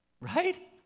Right